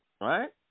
right